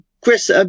Chris